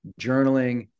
journaling